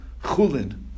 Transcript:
chulin